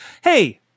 Hey